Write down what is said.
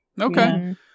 Okay